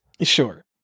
Sure